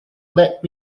let